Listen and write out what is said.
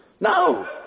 No